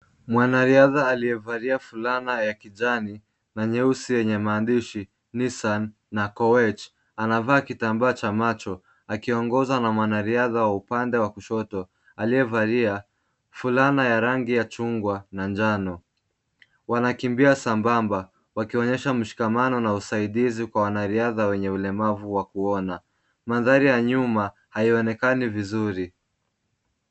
Mwanariadha aliyevalia fulana ya kijani na nyeusi yenye maandishi Nissan na Koech anavaa kitambaa cha macho akiongozwa na mwanariadha wa upande wa kushoto aliyevalia fulana ya rangi ya chungwa na njano. Wanakimbia sambamba wakionyesha mshikamano na usaidizi kwa wanariadha wenye ulemavu wa kuona. Mandhari ya nyuma haionekani vizuri.